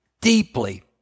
deeply